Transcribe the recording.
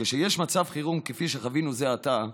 וכשיש מצב חירום, כפי שחווינו זה עתה,